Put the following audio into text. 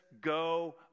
go